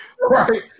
Right